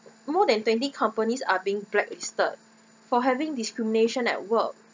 more than twenty companies are being blacklisted for having discrimination at work